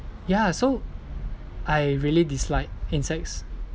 ya so I really dislike insects